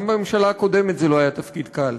גם בממשלה הקודמת זה לא היה תפקיד קל.